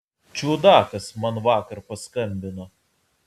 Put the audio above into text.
čiudakas man vakar paskambino